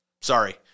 Sorry